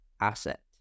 asset